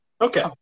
Okay